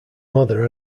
mother